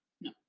No